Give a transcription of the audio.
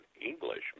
English